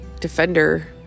defender